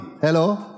Hello